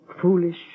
Foolish